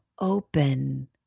open